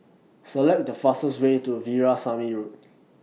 Select The fastest Way to Veerasamy Road